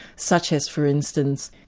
such as for instance,